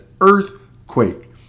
earthquake